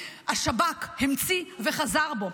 השב"כ המציא וחזר בו,